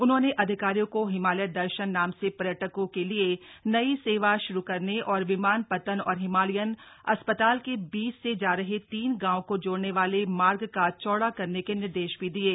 उन्होने अधिकारियो को हिमालय दर्शन नाम से र्यटको के लिए नई सेवा श्रू करने और विमान ेतन और हिमालयन हास्थिअल के बीच से जा रहे तीन गावो को जोडने वाले मार्ग का चौडडा करने के निर्देश भी दिये